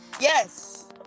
Yes